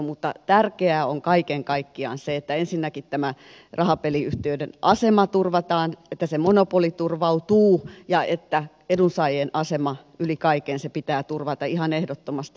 mutta tärkeää on kaiken kaikkiaan se että ensinnäkin tämä rahapeliyhtiöiden asema turvataan että se monopoli turvautuu ja edunsaajien asema yli kaiken pitää turvata ihan ehdottomasti